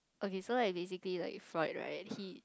okay so like basically like right he